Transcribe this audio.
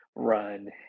run